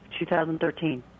2013